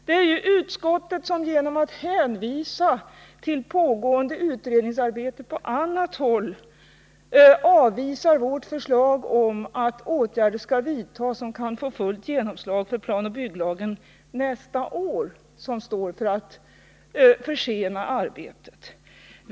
Det är utskottsmajoriteten som vill försena arbetet, genom att hänvisa till pågående utredningsarbete på annat håll och avvisa vårt förslag om att åtgärder skall vidtas som kan få fullt genomslag för planoch bygglagen nästa år.